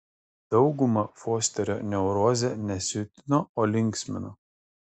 daugumą fosterio neurozė ne siutino o linksmino